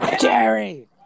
Jerry